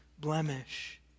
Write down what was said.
blemish